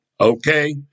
Okay